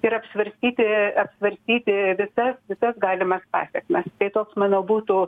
ir apsvarstyti apvartyti visas visas galimas pasekmes tai toks mano būtų